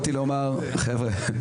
חבר'ה,